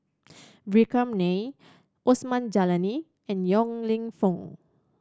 Vikram Nair Osman Zailani and Yong Lew Foong